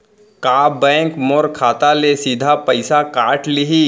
का बैंक मोर खाता ले सीधा पइसा काट लिही?